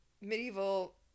medieval